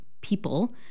people